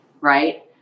right